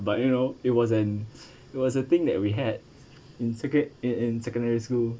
but you know it was an it was a thing that we had in second~ in in secondary school